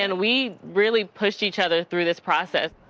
and we really pushed each other through this process.